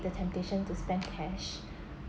the temptation to spend cash